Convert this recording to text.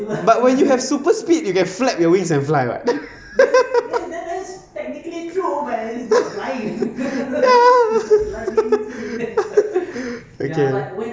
but when you have super speed you can flap your wings and fly [what] okay